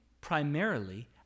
primarily